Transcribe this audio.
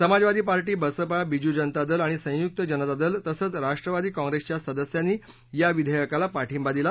समाजवादी पार्शि बसपा बिजू जनता दल आणि संयुक्त जनता दल तसंच राष्ट्रवादी काँप्रेसच्या सदस्यांनी या विधेयकाला पाठिंबा दिला